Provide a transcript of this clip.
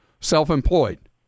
Self-employed